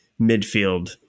midfield